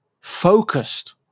focused